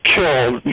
killed